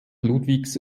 ludwigs